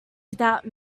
without